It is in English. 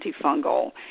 antifungal